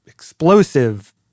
explosive